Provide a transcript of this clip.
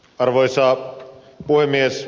arvoisa puhemies